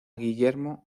guillermo